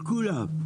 לכולם.